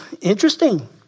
Interesting